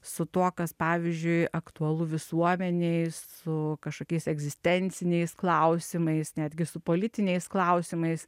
su tuo kas pavyzdžiui aktualu visuomenei su kažkokiais egzistenciniais klausimais netgi su politiniais klausimais